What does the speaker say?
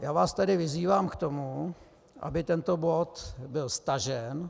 Já vás tedy vyzývám k tomu, aby tento bod byl stažen.